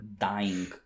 dying